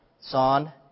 Son